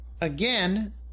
Again